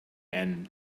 end